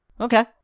Okay